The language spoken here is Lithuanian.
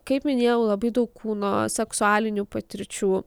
kaip minėjau labai daug kūno seksualinių patirčių